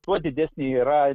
tuo didesnė yra